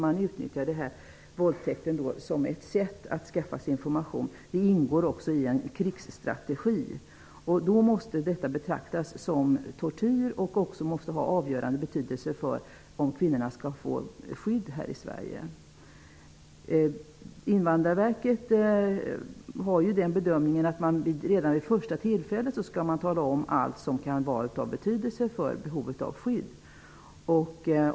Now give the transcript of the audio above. Man utnyttjar våldtäkten som ett sätt att skaffa sig information. Det ingår i en krigsstrategi. Då måste detta betraktas som tortyr och också ha avgörande betydelse för om kvinnorna skall få skydd här i Invandrarverket gör ju bedömningen att man redan vid första tillfället skall tala om allt som kan vara av betydelse för behovet av skydd.